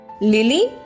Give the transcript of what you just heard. Lily